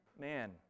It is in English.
man